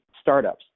startups